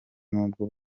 nubwo